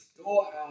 storehouse